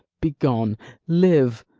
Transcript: be gone live,